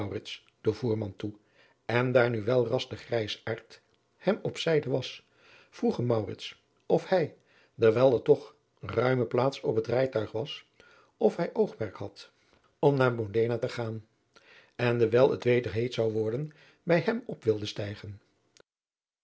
den voerman toe en daar nu welras de grijsaard hem op zijde was vroeg hem maurits of hij dewijl er toch ruime plaats op het rijtuig was zoo hij oogmerk had om naar modena te gaan en dewijl het weder heet zou worden bij hem op wilde stijgen